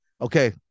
okay